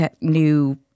new